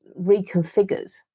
reconfigured